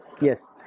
Yes